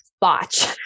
botch